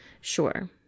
Sure